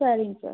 சரிங்க சார்